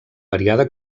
variada